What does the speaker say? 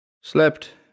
Slept